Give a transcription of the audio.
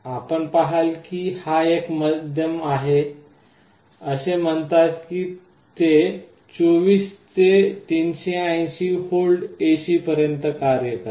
आपण पहाल की हा एक मध्यम आहे असे म्हणतात की ते 24 ते 380V AC पर्यंत कार्य करते